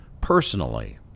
personally